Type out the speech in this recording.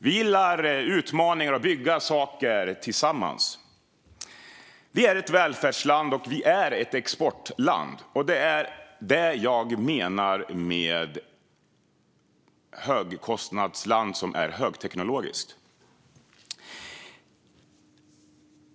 Vi gillar utmaningar och att bygga saker tillsammans. Vi är ett välfärdsland, och vi är ett exportland. Det är det jag menar med att vi är ett högkostnadsland som är högteknologiskt.